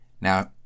Now